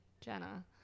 Jenna